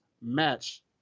match